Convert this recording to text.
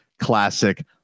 classic